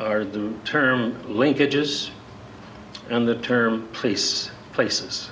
are the term linkages and the term place places